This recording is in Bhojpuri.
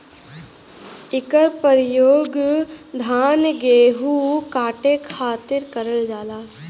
इकर परयोग धान गेहू काटे खातिर करल जाला